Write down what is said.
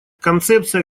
концепция